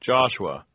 Joshua